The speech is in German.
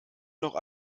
noch